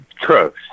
True